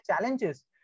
challenges